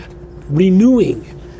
renewing